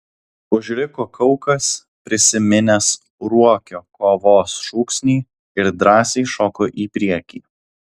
užriko kaukas prisiminęs ruokio kovos šūksnį ir drąsiai šoko į priekį